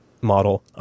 model